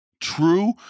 true